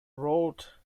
roared